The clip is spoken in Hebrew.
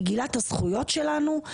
מגילת הזכויות שלנו,